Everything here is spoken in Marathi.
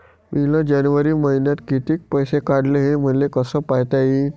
मिन जनवरी मईन्यात कितीक पैसे काढले, हे मले कस पायता येईन?